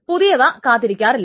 പുതിയവ കാത്തിരിക്കാറില്ല